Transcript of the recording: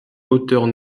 hauteurs